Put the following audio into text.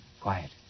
Quiet